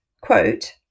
quote